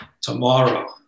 tomorrow